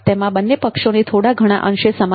તેમાં બન્ને પક્ષોને થોડા ઘણા અંશે સમાધાન કરવું પડશે